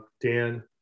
Dan